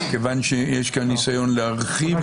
כיוון שיש כאן ניסיון להרחיב את ההסדר --- חבר